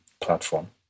platform